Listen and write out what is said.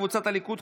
קבוצת סיעת הליכוד,